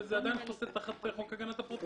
וזה עדיין חוסה תחת חוק הגנת הפרטיות.